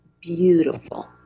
beautiful